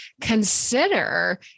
consider